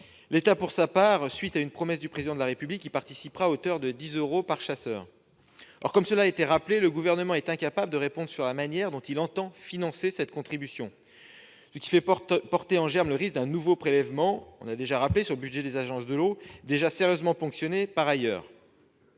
L'État, pour sa part, à la suite d'une promesse du Président de la République, y participera à hauteur de 10 euros par chasseur. Comme cela a été rappelé, le Gouvernement est incapable de répondre sur la manière dont il entend financer cette contribution, ce qui porte en germe le risque d'un nouveau prélèvement sur le budget des agences de l'eau, déjà sérieusement ponctionné par ailleurs.